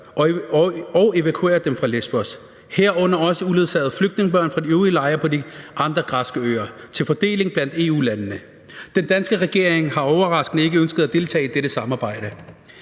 og evakuere dem fra Lesbos, herunder også uledsagede flygtningebørn fra de øvrige lejre på de andre græske øer, til fordeling blandt EU-landene. Den danske regering har overraskende ikke ønsket at deltage i dette samarbejde.